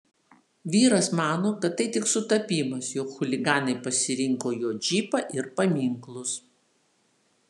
vyras mano kad tai tik sutapimas jog chuliganai pasirinko jo džipą ir paminklus